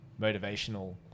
motivational